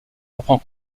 reprend